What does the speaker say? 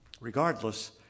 Regardless